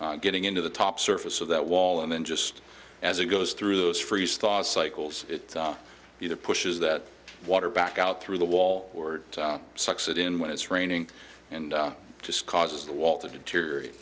getting into the top surface of that wall and then just as it goes through those freeze thaw cycles it either pushes that water back out through the wall or sucks it in when it's raining and just causes the wall to deter